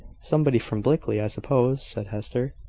somebody from blickley, i suppose, said hester.